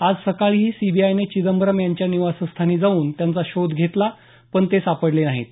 आज सकाळीही सीबीआयने चिदंबरम यांच्या निवासस्थानी जाऊन त्यांचा शोध घेतला पण ते सापडले नाहीत